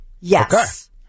Yes